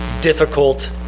difficult